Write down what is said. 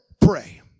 pray